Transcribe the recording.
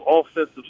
offensive